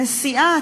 נסיעה,